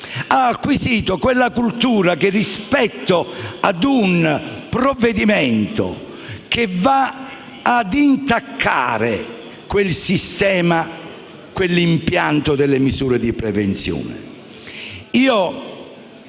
ha acquisito una certa cultura rispetto a un provvedimento che va a intaccare quel sistema e l'impianto di quelle misure di prevenzione).